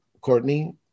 Courtney